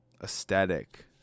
aesthetic